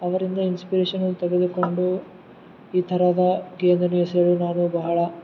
ಅವರಿಂದ ಇನ್ಸ್ಪೆರೇಷನಲ್ ತಗೆದುಕೊಂಡು ಈ ಥರದ ಗೇಂದನ್ನು ಸಹ ನಾನು ಬಹಳ